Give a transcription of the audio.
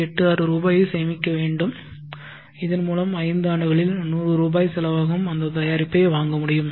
86 ரூபாயை சேமிக்க வேண்டும் இதன்மூலம் ஐந்து ஆண்டுகளில் 100 ரூபாய் செலவாகும் அந்த தயாரிப்பை வாங்க முடியும்